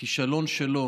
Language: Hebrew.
הכישלון שלו